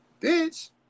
bitch